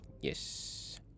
Yes